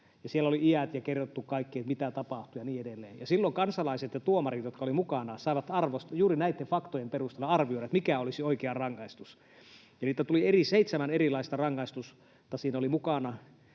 siellä oli iät ja oli kerrottu kaikki, mitä tapahtui ja niin edelleen. Silloin kansalaiset ja tuomarit, jotka olivat mukana, saivat juuri näitten faktojen perusteella arvioida, mikä olisi oikea rangaistus. Seitsemän erilaista rangaistusta siinä oli mukana.